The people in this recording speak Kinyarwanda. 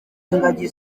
ingagi